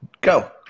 Go